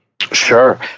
Sure